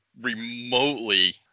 remotely